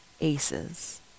ACEs